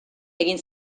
egin